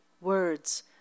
Words